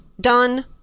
done